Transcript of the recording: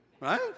Right